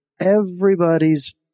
Everybody's